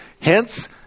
Hence